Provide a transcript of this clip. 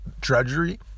drudgery